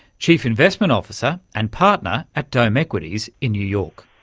chief investment officer and partner at dome equities in new york.